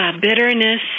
Bitterness